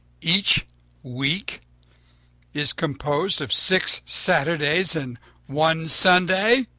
each week is composed of six saturdays and one sunday?